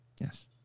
Yes